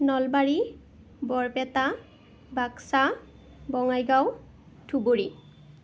Nalbari Barpeta Baksa Bongaigaon Dhubri